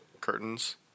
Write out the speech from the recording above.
curtains